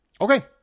Okay